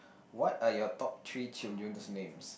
what are you top three children's names